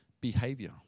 behavior